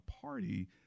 party